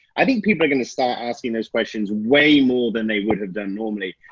i think people are gonna start asking those questions way more than they would have done normally.